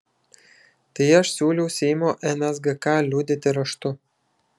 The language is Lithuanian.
tai aš siūliau seimo nsgk liudyti raštu